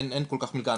אין כל כך מלגה,